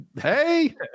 Hey